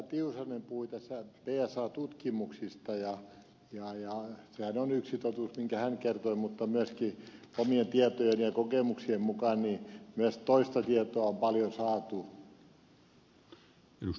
tiusanen puhui tässä psa tutkimuksista ja sehän on yksi totuus minkä hän kertoi mutta omien tietojen ja kokemuksien mukaan myös toista tietoa on paljon saatu